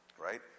right